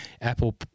Apple